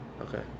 Okay